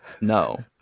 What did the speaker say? no